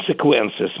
consequences